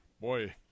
Boy